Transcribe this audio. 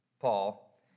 Paul